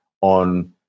on